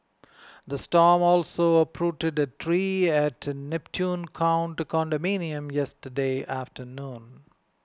the storm also uprooted a tree at Neptune Court condominium yesterday afternoon